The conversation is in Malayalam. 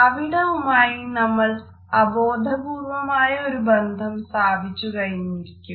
അവിടവുമായി നമ്മൾ അബോധപൂർവ്വമായ ഒരു ബന്ധം സ്ഥാപിച്ചുകഴിഞ്ഞിരിക്കും